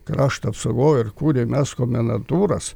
krašto apsaugoj ir kūrėm mes komendantūras